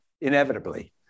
inevitably